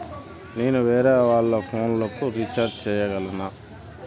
నేను వేరేవాళ్ల ఫోను లకు రీచార్జి సేయగలనా?